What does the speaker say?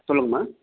சொல்லுங்கம்மா